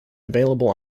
available